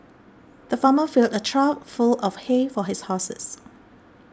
the farmer filled a trough full of hay for his horses